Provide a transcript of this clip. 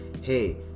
hey